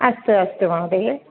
अस्तु अस्तु महोदये